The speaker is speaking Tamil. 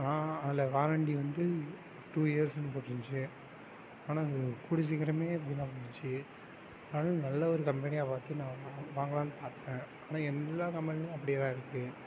ஆனால் அதில் வாரண்டி வந்து டூ இயர்ஸ்னு போட்டுருந்துச்சு ஆனால் அது கூடிய சீக்கிரமே வீணாக போயிடுச்சு அதுவும் நல்ல ஒரு கம்பெனியாக பார்த்து நான் வாங்கலாம்னு பார்த்தேன் ஆனால் எல்லா கம்பெனிலேயும் அப்படியே தான் இருக்குது